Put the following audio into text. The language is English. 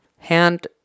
Hand